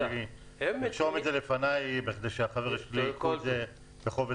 אני ארשום את זה לפניי כדי לקחת את זה בכובד